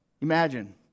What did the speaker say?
Imagine